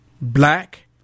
black